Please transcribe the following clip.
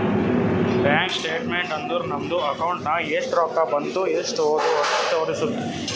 bank statement ಅಂದುರ್ ನಮ್ದು account ನಾಗ್ ಎಸ್ಟ್ ರೊಕ್ಕಾ ಬಂದು ಎಸ್ಟ್ ಹೋದು ಅಂತ್ ತೋರುಸ್ತುದ್